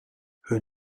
hun